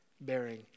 bearing